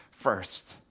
first